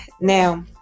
now